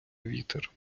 вітер